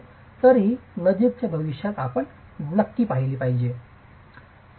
तर ही नजीकच्या भविष्यात आपण पाहिली पाहिजे